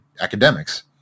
academics